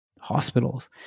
hospitals